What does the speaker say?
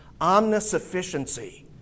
omnisufficiency